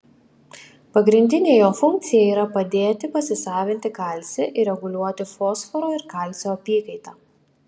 pagrindinė jo funkcija yra padėti pasisavinti kalcį ir reguliuoti fosforo ir kalcio apykaitą